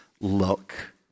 look